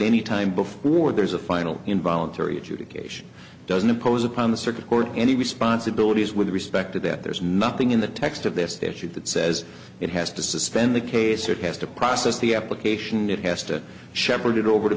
any time before there's a final involuntary adjudication doesn't impose upon the circuit court any responsibilities with respect to that there's nothing in the text of this statute that says it has to suspend the case it has to process the application it has to shepherd it over to